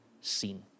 seen